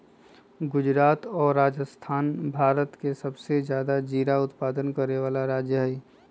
गुजरात और राजस्थान भारत के सबसे ज्यादा जीरा उत्पादन करे वाला राज्य हई